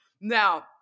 Now